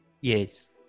Yes